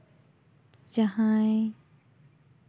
ᱡᱟᱦᱟᱸᱭ